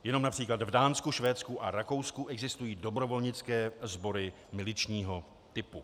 Jenom například v Dánsku, Švédsku a Rakousku existují dobrovolnické sbory miličního typu.